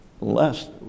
less